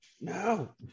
no